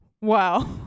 wow